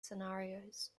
scenarios